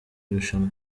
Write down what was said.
irushanwa